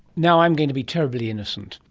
now i'm going to be terribly innocent.